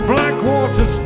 Blackwater